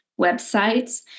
websites